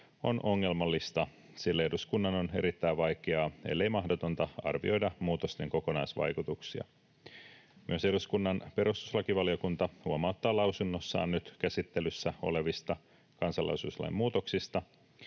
on ongelmallista, sillä eduskunnan on erittäin vaikeaa, ellei mahdotonta, arvioida muutosten kokonaisvaikutuksia. Myös eduskunnan perustuslakivaliokunta huomauttaa lausunnossaan nyt käsittelyssä olevista kansalaisuuslain muutoksista,